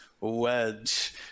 wedge